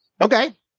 Okay